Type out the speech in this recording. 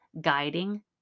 guiding